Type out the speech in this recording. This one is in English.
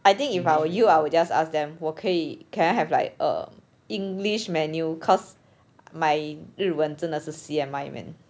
I think if I were you I will just ask them 我可以 can I have like err english menu cause my 日文真的是 C_M_I man